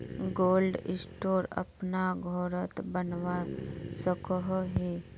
Cold store अपना घोरोत बनवा सकोहो ही?